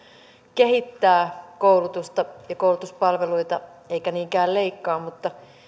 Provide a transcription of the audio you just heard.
kehittää koulutusta ja koulutuspalveluita eikä niinkään leikkaa mutta